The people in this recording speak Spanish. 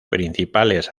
principales